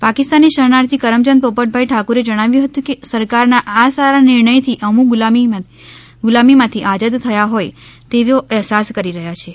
પાકિસ્તાની શરણાર્થી કરમચંદ પોપટભાઈ ઠાકુરે જણાવ્યું હતું કે સરકારના આ સારા નિર્ણયથી અમો ગુલામીમાંથી આઝાદ થયા હોય તેવો અહેસાસ કરી રહ્યા છીએ